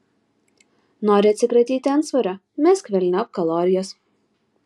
nori atsikratyti antsvorio mesk velniop kalorijas